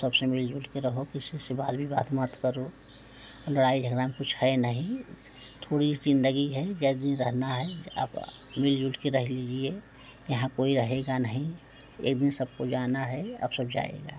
सबसे मिलजुल के रहो किसी से बाल भी बात मत करो लड़ाई झगड़ा में कुछ है नहीं थोड़ी जिंदगी है जो दिन रहना है अब मिलजुल के रह लीजिए यहाँ कोई रहगा नहीं एक दिन सबको जाना है अब सब जाएगा